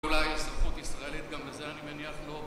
אולי יש זכות ישראלית גם בזה, אני מניח לא.